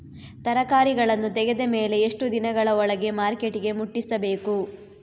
ತರಕಾರಿಗಳನ್ನು ತೆಗೆದ ಮೇಲೆ ಎಷ್ಟು ದಿನಗಳ ಒಳಗೆ ಮಾರ್ಕೆಟಿಗೆ ಮುಟ್ಟಿಸಬೇಕು?